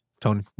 Tony